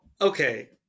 okay